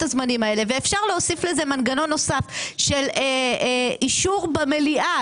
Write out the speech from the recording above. הזמנים האלה ואפשר להוסיף לזה מנגנון נוסף של אישור במליאה,